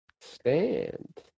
Stand